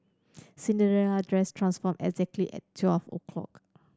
Cinderella dress transformed exactly at twelve o'clock